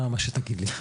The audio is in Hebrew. מה שתגיד לי.